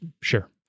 Sure